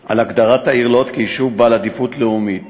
ועל הגדרת העיר לוד כיישוב בעל עדיפות לאומית